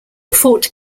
fort